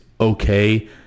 okay